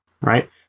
right